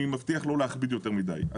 אני מבטיח לא להכביד יותר מדי.